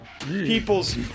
people's